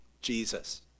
Jesus